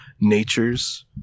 natures